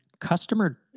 customer